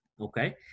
Okay